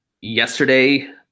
yesterday